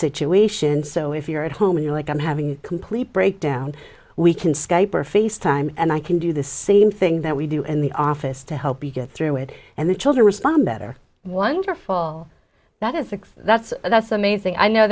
situation so if you're at home and you're like i'm having a complete breakdown we can skype or face time and i can do the same thing that we do in the office to help you get through it and the children respond better wonderful that is the that's that's the main thing i know